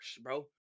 bro